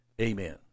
Amen